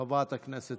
את אחרונה.